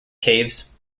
caves